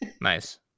Nice